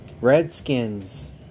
Redskins